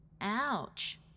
Ouch